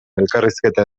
elkarrizketa